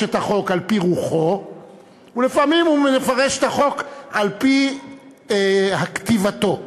את החוק על-פי רוחו ולפעמים הוא מפרש את החוק על-פי כתיבתו,